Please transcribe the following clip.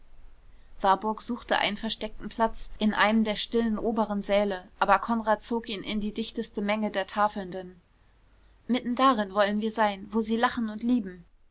warburg suchte einen versteckten platz in einem der stillen oberen säle aber konrad zog ihn in die dichteste menge der tafelnden mitten darin wollen wir sein wo sie lachen und lieben